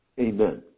amen